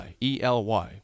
E-L-Y